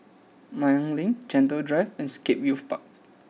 Nanyang Link Gentle Drive and Scape Youth Park